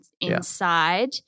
inside